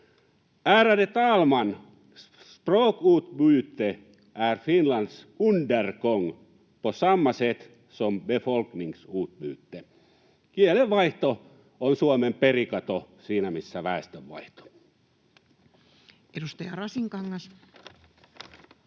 Ärade talman! Språkutbyte är Finlands undergång på samma sätt som befolkningsutbyte. Kielenvaihto on Suomen perikato siinä missä väestönvaihto. Arvoisa puhemies!